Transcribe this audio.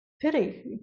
Pity